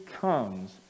comes